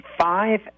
five